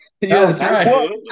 Yes